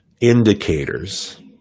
indicators